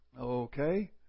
Okay